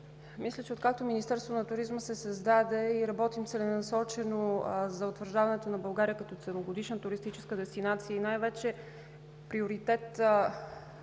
мисля, че откакто Министерството на туризма се създаде, работим целенасочено за утвърждаването на България като целогодишна туристическа дестинация. Приоритет